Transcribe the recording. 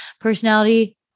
personality